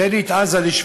תן לי את עזה לשבועיים,